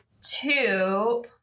two